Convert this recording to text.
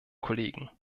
kollegen